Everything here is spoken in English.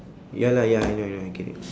ya lah ya I know I know I get it